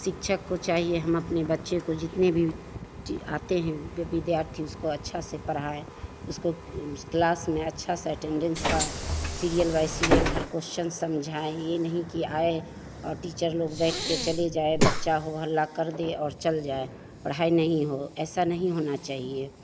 शिक्षक को चाहिए हम अपने बच्चे को जितने भी बच्चे आते हैं वह विद्यार्थी उसको अच्छे से पढ़ाएँ उसको क्लास में अच्छे से अटेन्डेन्स का सीरियल वाइज़ सीरियल हर क्वेश्चन समझाएँ यह नहीं कि आए और टीचर लोग बैठकर चले जाएँ और बच्चा हो हल्ला कर दे और चला जाए पढ़ाई नहीं हो ऐसा नहीं होना चाहिए